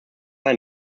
ein